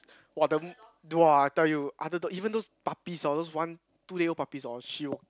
!wah! the mm !wah! I tell you other dog even those puppies orh those one two day old puppies orh she will